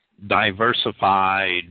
diversified